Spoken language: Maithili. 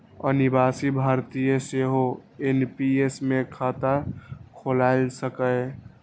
अनिवासी भारतीय सेहो एन.पी.एस मे खाता खोलाए सकैए